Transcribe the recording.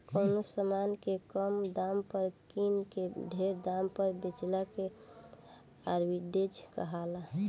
कवनो समान के कम दाम पर किन के ढेर दाम पर बेचला के आर्ब्रिट्रेज कहाला